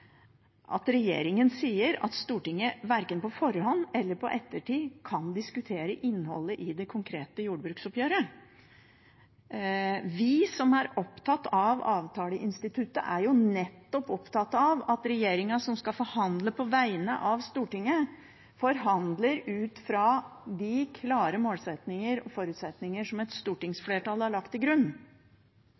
at regjeringen sier at Stortinget verken på forhånd eller i ettertid kan diskutere innholdet i det konkrete jordbruksoppgjøret. Vi som er opptatt av avtaleinstituttet, er nettopp opptatt av at regjeringen som skal forhandle på vegne av Stortinget, forhandle ut fra de klare målsettinger og forutsetninger som et stortingsflertall har lagt til grunn.